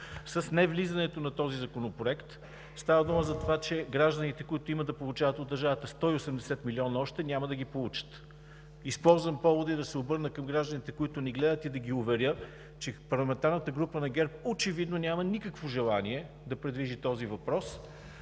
С невлизането на този законопроект гражданите, които имат да получават от държавата 180 млн. лв., няма да ги получат. Използвам повода да се обърна и към гражданите, които ни гледат, и да ги уверя, че парламентарната група на ГЕРБ очевидно няма никакво желание да придвижи този въпрос,